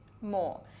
more